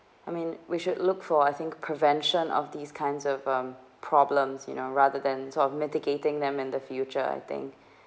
I mean we should look for I think prevention of these kinds of um problems you know rather than sort of mitigating them in the future I think